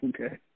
okay